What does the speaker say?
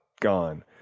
Gone